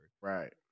right